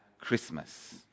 Christmas